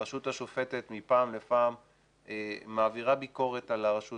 הרשות השופטת מפעם לפעם מעבירה ביקורת על הרשות